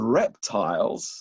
reptiles